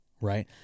Right